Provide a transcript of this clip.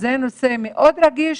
זה נושא מאוד רגיש